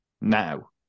now